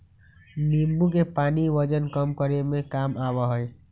नींबू के पानी वजन कम करे में काम आवा हई